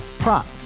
Prop